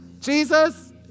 Jesus